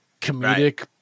comedic